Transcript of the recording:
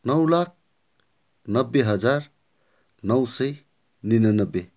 नौ लाख नब्बे हजार नौ सय उनानब्बे